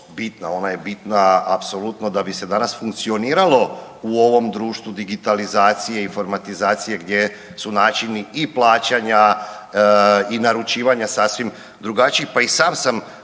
bitna, ona je bitna apsolutno da bi se danas funkcioniralo u ovom društvu digitalizacije i informatizacije gdje su načini i plaćanja i naručivanja sasvim drugačiji, pa i sam sam